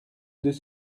deux